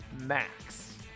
max